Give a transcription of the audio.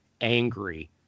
angry